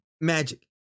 magic